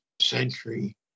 century